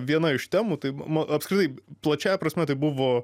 viena iš temų tai apskritai plačiąja prasme tai buvo